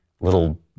Little